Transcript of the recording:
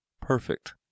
perfect